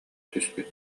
түспүт